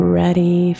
ready